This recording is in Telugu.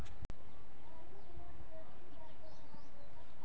ఉదయం సూర్యుడు పొడిసినప్పుడు ఉష్ణోగ్రత ఎందుకు తక్కువ ఐతుంది?